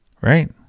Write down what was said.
Right